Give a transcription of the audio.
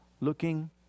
looking